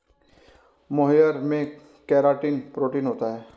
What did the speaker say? मोहाइर में keratin protein होता है